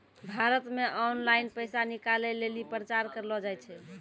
भारत मे ऑनलाइन पैसा निकालै लेली प्रचार करलो जाय छै